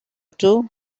two